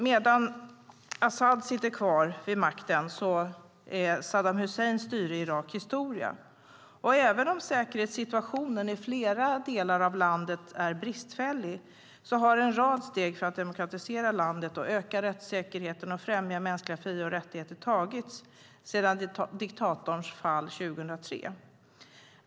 Medan Assad sitter kvar vid makten i Syrien är Saddam Husseins styre i Irak historia. Även om säkerhetssituationen i flera delar av landet är bristfällig har en rad steg för att demokratisera landet, öka rättssäkerheten och främja mänskliga fri och rättigheter tagits sedan diktatorns fall 2003.